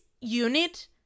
unit